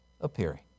appearing